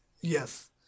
yes